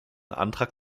antrag